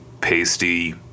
pasty